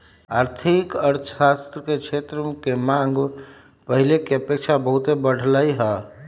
आर्थिक अर्थशास्त्र के मांग पहिले के अपेक्षा बहुते बढ़लइ ह